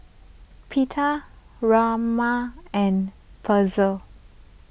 Pita Rajma and Pretzel